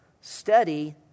study